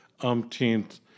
umpteenth